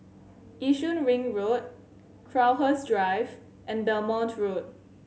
Yishun Ring Road Crowhurst Drive and Belmont Road